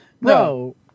No